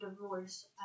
divorce